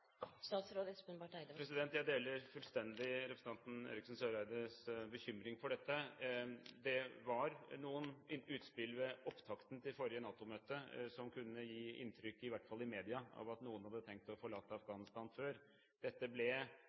Jeg deler fullstendig representanten Eriksen Søreides bekymring for dette. Det var noen utspill ved opptakten til forrige NATO-møte som kunne gi inntrykk av, i hvert fall i media, at noen hadde tenkt å forlate Afghanistan før. Dette ble